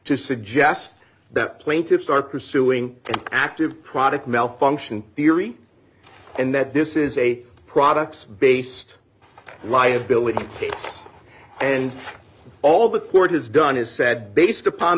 to suggest that plaintiffs are pursuing an active product malfunction theory and that this is a products based liability case and all the court has done is said based upon